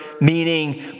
meaning